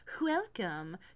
welcome